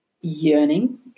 yearning